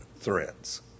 threats